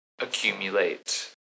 accumulate